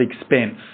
expense